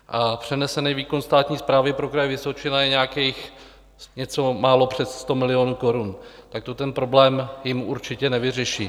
A přenesený výkon státní správy pro Kraj Vysočina je nějakých něco málo přes 100 milionů korun, tak to ten problém jim určitě nevyřeší.